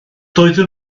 doedden